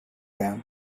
them